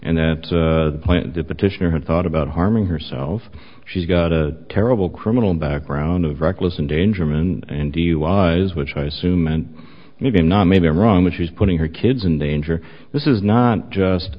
then plan to petition or have thought about harming herself she's got a terrible criminal background of reckless endangerment and duis which i assume and maybe not maybe i'm wrong but she's putting her kids in danger this is not just